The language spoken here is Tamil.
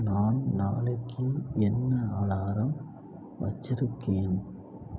நான் நாளைக்கு என்ன அலாரம் வச்சுருக்கேன்